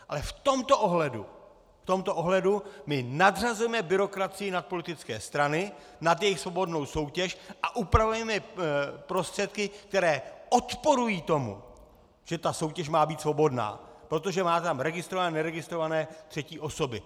Ale v tomto ohledu my nadřazujeme byrokracii nad politické strany, nad jejich svobodnou soutěž a upravujeme prostředky, které odporují tomu, že ta soutěž má být svobodná, protože má tam registrované neregistrované třetí osoby.